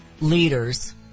leaders